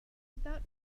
without